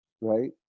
right